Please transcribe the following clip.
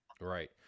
Right